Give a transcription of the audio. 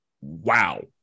wow